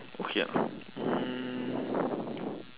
okay lah mm